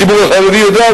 הציבור החרדי יודע,